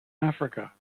africa